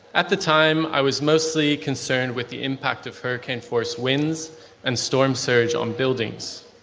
at the time, i was mostly concerned with the impact of hurricane force winds and storm surge on buildings.